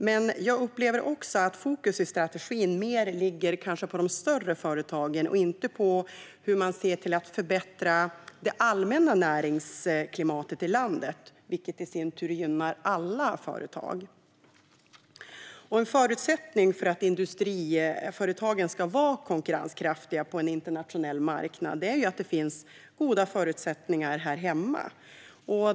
Men tyvärr upplever jag att fokus i strategin mer ligger på de större företagen och inte på att förbättra det allmänna näringsklimatet i landet, vilket i sin tur skulle gynna alla företag. En förutsättning för att industriföretagen ska vara konkurrenskraftiga på en internationell marknad är att det finns goda förutsättningar här hemma.